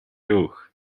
ruch